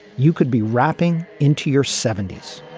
you could be rapping into your seventy s.